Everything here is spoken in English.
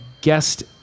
guest